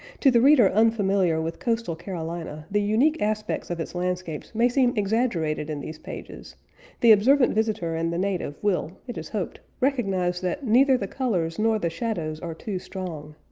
to the reader unfamiliar with coastal carolina, the unique aspects of its landscapes may seem exaggerated in these pages the observant visitor and the native will, it is hoped, recognize that neither the colors nor the shadows are too strong.